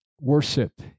Worship